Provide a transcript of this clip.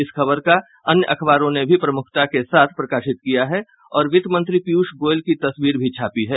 इस खबर का अन्य अखबारों ने भी प्रमुखता के साथ प्रकाशित किया है और वित्त मंत्री पीयूष गोयल की तस्वीर भी छापी है